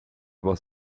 was